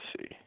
see